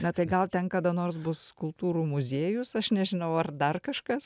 na tai gal ten kada nors bus skulptūrų muziejus aš nežinau ar dar kažkas